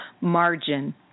Margin